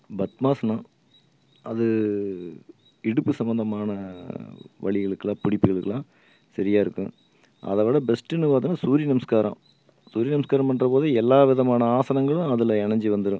பத்மாசனம் அது இடுப்பு சம்மந்தமான வலிகளுக்குலாம் பிடிப்புகளுக்குலாம் செரியாக இருக்கும் அதைவிட பெஸ்ட்டுன்னு பார்த்தன்னா சூரியநமஸ்காரம் சூரியநமஸ்காரம் பண்ணுறபோது எல்லா விதமான ஆசனங்களும் அதில் இனஞ்சி வந்துரும்